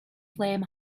flame